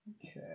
Okay